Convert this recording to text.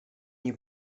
new